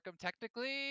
technically